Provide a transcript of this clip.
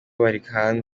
zitandukanye